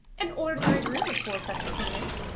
an ordinary groome is for such payment.